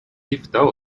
gifta